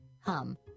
Hum